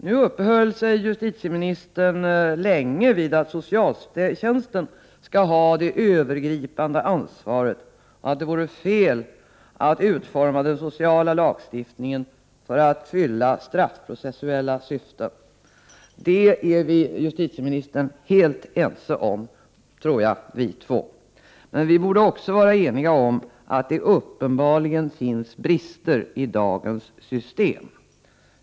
Nu uppehöll sig justitieministern länge vid att socialtjänsten skall ha det övergripande ansvaret och att det vore fel att utforma den sociala lagstiftningen för att fylla straffprocessuella syften. Där tror jag att vi två, justitieministern och jag, är helt ense. Men vi borde också vara eniga om att det uppenbarligen finns brister i dagens system.